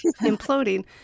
imploding